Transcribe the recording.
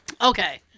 Okay